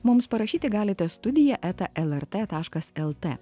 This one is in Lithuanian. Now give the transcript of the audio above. mums parašyti galite studija eta lrt taškas lt